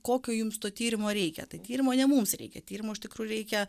kokio jums to tyrimo reikia tai tyrimo ne mums reikia tyrimo iš tikrųjų reikia